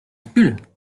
hercule